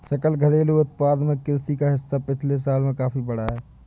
सकल घरेलू उत्पाद में कृषि का हिस्सा पिछले सालों में काफी बढ़ा है